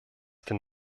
denn